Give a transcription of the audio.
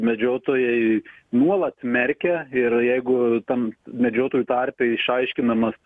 medžiotojai nuolat smerkia ir jeigu tam medžiotojų tarpe išaiškinamas